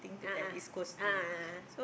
a'ah a'ah a'ah a'ah